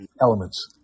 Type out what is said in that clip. elements